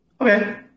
Okay